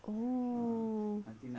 mm